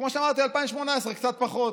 כמו שאמרתי, ב-2018 קצת פחות.